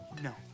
No